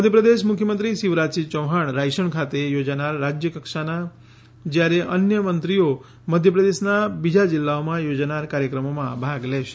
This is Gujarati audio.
મધ્યપ્રદેશ મુખ્યમંત્રી શિવરાજ સિંહ ચૌહાણ રાયસન ખાતે યોજાનાર રાજ્યકક્ષાના જ્યારે અન્ય મંત્રીઓ મધ્યપ્રદેશના બીજા જિલ્લાઓમાં યોજાનાર કાર્યક્રમોમાં ભાગ લેશે